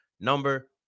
number